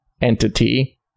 entity